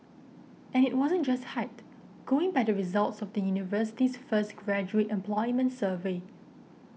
and it wasn't just hype going by the results of the university's first graduate employment survey